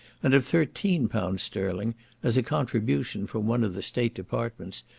and of thirteen pounds sterling as a contribution from one of the state departments,